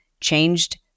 changed